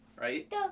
right